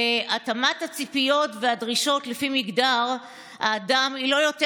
התאמת הציפיות והדרישות לפי מגדר האדם היא לא יותר